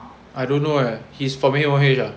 I don't know eh he is from M_O_H ah